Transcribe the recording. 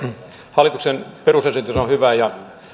hallituksen perusesitys on hyvä ja